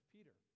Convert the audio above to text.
Peter